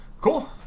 Cool